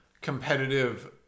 competitive